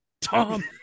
Tom